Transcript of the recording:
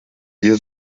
ihr